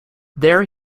there